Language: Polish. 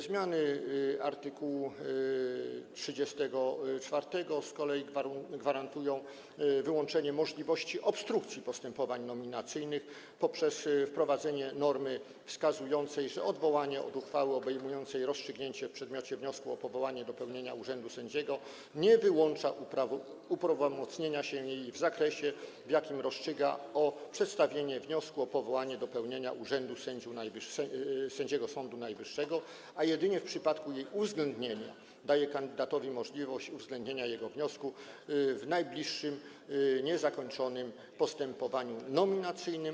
Zmiany art. 34 z kolei gwarantują wyłączenie możliwości obstrukcji postępowań nominacyjnych poprzez wprowadzenie normy wskazującej, że odwołanie od uchwały obejmującej rozstrzygnięcie w przedmiocie wniosku o powołanie do pełnienia urzędu sędziego nie wyłącza uprawomocnienia się jej w zakresie, w jakim rozstrzyga o przedstawieniu wniosku o powołanie do pełnienia urzędu sędziego Sądu Najwyższego, a jedynie w przypadku jej uwzględnienia daje kandydatowi możliwość uwzględnienia jego wniosku w najbliższym niezakończonym postępowaniu nominacyjnym.